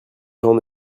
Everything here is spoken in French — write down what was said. gens